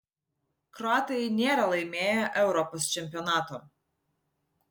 kroatai nėra laimėję europos čempionato